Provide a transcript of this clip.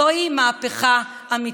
זוהי מהפכה אמיתית.